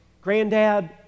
granddad